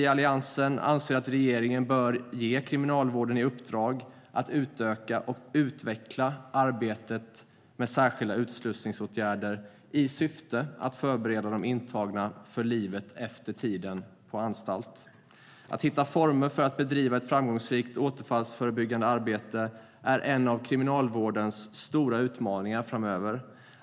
Vi i Alliansen anser att regeringen bör ge Kriminalvården i uppdrag att utöka och utveckla arbetet med särskilda utslussningsåtgärder i syfte att förbereda de intagna för livet efter tiden på anstalt. Att hitta former för att bedriva ett framgångsrikt återfallsförebyggande arbete är en av Kriminalvårdens stora utmaningar framöver.